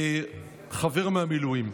חבר מהמילואים.